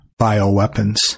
bioweapons